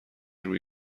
روی